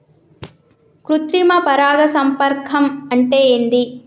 కృత్రిమ పరాగ సంపర్కం అంటే ఏంది?